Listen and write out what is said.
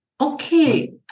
Okay